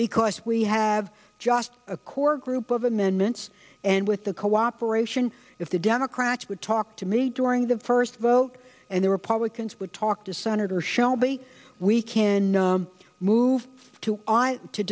because we have just a core group of amendments and with the cooperation if the democrats would talk to me during the first vote and the republicans would talk to senator shelby we can move to